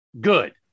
good